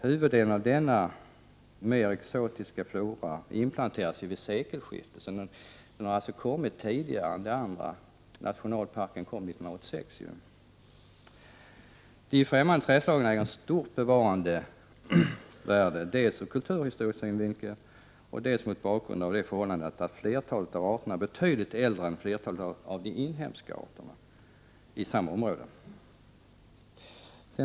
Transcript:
Huvuddelen av denna mer exotiska flora inplanterades vid sekelskiftet och det är av stort värde att de främmande trädslagen bevaras, dels ur kulturhistorisk synvinkel, dels mot bakgrund av att flertalet arter är betydligt äldre än de inhemska arterna i samma område. Nationalparken tillkom 1986.